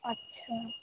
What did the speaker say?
अच्छा